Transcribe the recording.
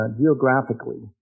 geographically